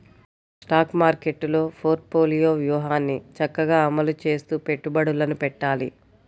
stock మార్కెట్టులో portfolio వ్యూహాన్ని చక్కగా అమలు చేస్తూ పెట్టుబడులను పెట్టాలి